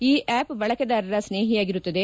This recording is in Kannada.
ಈ ಆಪ್ ಬಳಕೆದಾರರ ಸ್ನೇಹಿಯಾಗಿರುತ್ತದೆ